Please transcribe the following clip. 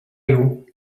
you